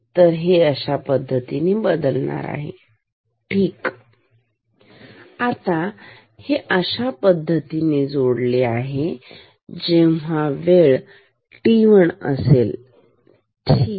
तर हे असे बदलेल ठीकआता हे अशा प्रकारे जोडले आहे जेव्हा वेळ t1 असेल ठीक